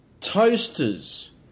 toasters